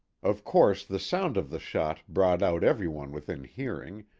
of course the sound of the shot brought out every one within hearing,